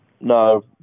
No